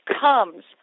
comes